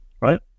right